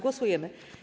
Głosujemy.